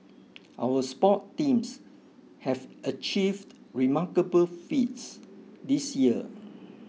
our sports teams have achieved remarkable feats this year